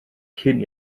cyn